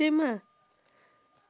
same lah